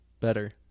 better